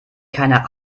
keiner